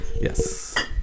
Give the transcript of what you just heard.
Yes